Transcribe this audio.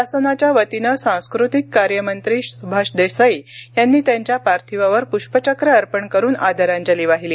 शासनाच्यावतीने सांस्कृतिक कार्य आणि राजशिष्टाचार मंत्री सुभाष देसाई यांनी त्यांच्या पार्थिवावर पुष्पचक्र अर्पण करून आदरांजली वाहिली